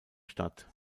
stadt